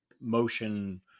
motion